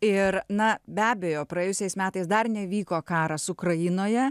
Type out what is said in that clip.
ir na be abejo praėjusiais metais dar nevyko karas ukrainoje